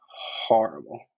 horrible